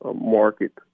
market